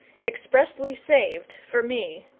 expressly saved for me.